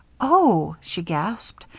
oh, she gasped,